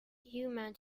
human